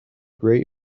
great